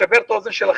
לסבר את אוזניכם,